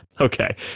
Okay